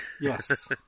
Yes